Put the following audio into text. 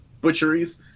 butcheries